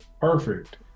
perfect